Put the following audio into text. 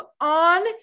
on